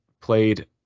played